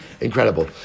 Incredible